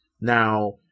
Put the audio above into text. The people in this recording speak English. Now